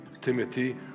timothy